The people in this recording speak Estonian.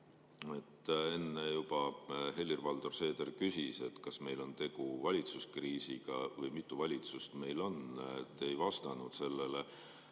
Enne juba Helir-Valdor Seeder küsis, kas meil on tegu valitsuskriisiga või mitu valitsust meil on. Te ei vastanud sellele.